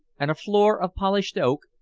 and a floor of polished oak,